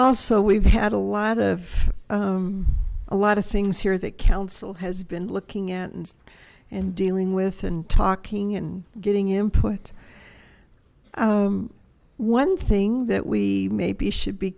also we've had a lot of a lot of things here that council has been looking at and dealing with and talking and getting input one thing that we maybe should be